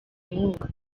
inkunga